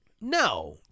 No